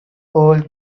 old